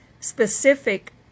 specific